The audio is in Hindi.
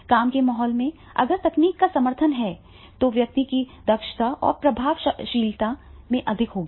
काम के माहौल में अगर तकनीक का समर्थन है तो व्यक्ति की दक्षता और प्रभावशीलता भी अधिक होगी